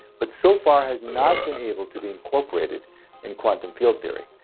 but so far has not been able to be incorporated in quantum field theory.